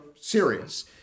serious